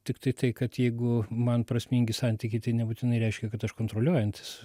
tiktai tai kad jeigu man prasmingi santykiai tai nebūtinai reiškia kad aš kontroliuojantis